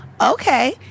okay